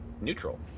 neutral